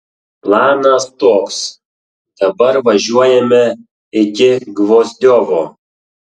planas toks dabar važiuojame iki gvozdiovo